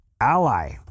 ally